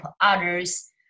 others